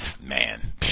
man